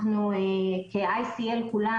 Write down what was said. אנחנו כ- ICLכולה